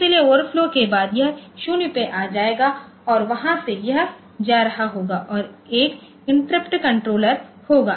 इसलिए ओवरफ्लो के बाद यह 0 पे आ जाएगा और वहां से यह जा रहा होगा और एक इंटरप्ट कोट्रोलर होगा